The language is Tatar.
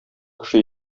кеше